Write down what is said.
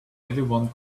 everyone